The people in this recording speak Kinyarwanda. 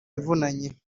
ivunanye